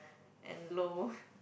and low